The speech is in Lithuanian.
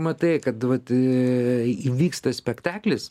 matai kad vat įvyksta spektaklis